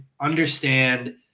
understand